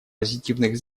позитивных